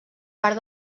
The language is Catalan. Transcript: part